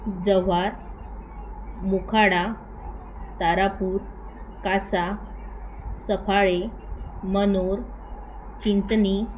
Jawhar Mokhada Tarapur Kasa Saphale Manor Chinchani